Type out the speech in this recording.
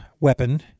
weapon